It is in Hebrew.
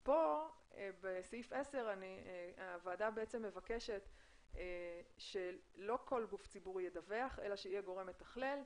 בסעיף 10 הוועדה מבקשת שלא כל גוף ידווח אלא שיהיה גורם מתכלל.